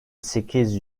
sekiz